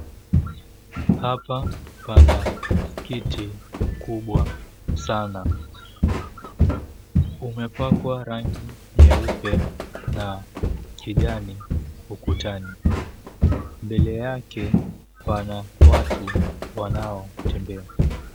Hapa pana msikiti mkubwa sana. Kumepakwa rangi nyeupe na kijani ukutani. Mbele yake, pana watu wanaotembea.